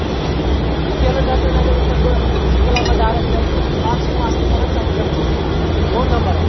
کیلہٕ درجن اَگر ییتٮ۪ن بہٕ شکیل احمد ڈارس ہیٚمہٕ اکھ چھِ یِم آسان تھوڑا ژمٹیمژٕ پَہم گوٚو نَمبر اکھ